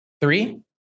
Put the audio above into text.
Three